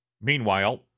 Meanwhile